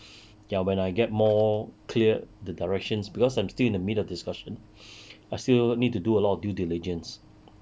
ya when I get more clear the directions because I'm still in the middle of discussion I still need to do a lot of due diligence